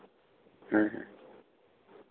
ᱦᱮᱸ ᱦᱮᱸ